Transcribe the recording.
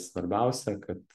svarbiausia kad